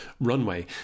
runway